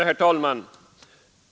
Herr talman!